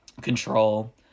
control